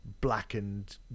blackened